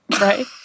Right